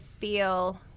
feel